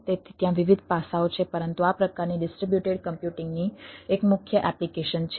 તેથી ત્યાં વિવિધ પાસાઓ છે પરંતુ આ પ્રકારના ડિસ્ટ્રિબ્યુટેડ કમ્પ્યુટિંગની એક મુખ્ય એપ્લિકેશન છે